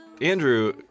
Andrew